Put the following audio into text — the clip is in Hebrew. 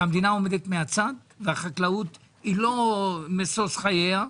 שהמדינה עומדת מהצד והחקלאות היא לא משוש חייה.